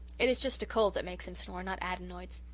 it is just a cold that makes him snore not adenoids.